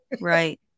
Right